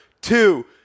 two